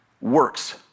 Works